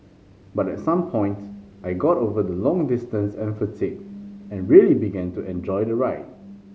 but at some point I got over the long distance and fatigue and really began to enjoy the ride